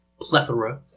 plethora